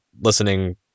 listening